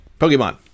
Pokemon